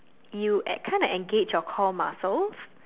you e~ kind of engage your core muscles